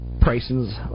prices